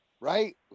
Right